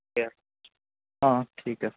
ঠিকে আছে ঠিক আছে